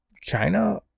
China